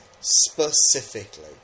Specifically